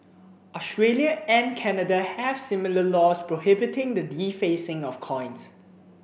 Australia and Canada have similar laws prohibiting the defacing of coins